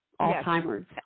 Alzheimer's